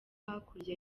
hakurya